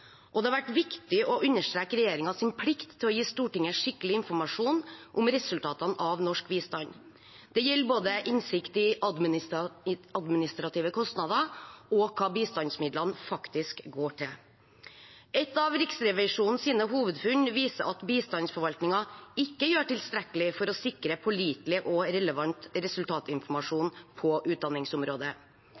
Det har vært viktig å understreke regjeringens plikt til å gi Stortinget skikkelig informasjon om resultatene av norsk bistand. Det gjelder både innsikt i administrative kostnader og hva bistandsmidlene faktisk går til. Et av Riksrevisjonens hovedfunn er at bistandsforvaltningen ikke gjør tilstrekkelig for å sikre pålitelig og relevant resultatinformasjon på utdanningsområdet.